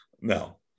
no